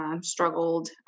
struggled